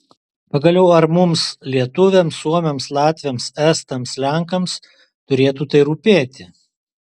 pagaliau ar mums lietuviams suomiams latviams estams lenkams turėtų tai rūpėti